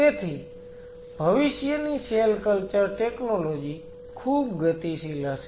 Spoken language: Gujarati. તેથી ભવિષ્યની સેલ કલ્ચર ટેકનોલોજી ખૂબ ગતિશીલ હશે